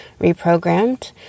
reprogrammed